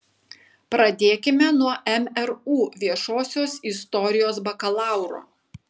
pradėkime nuo mru viešosios istorijos bakalauro